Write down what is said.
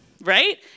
Right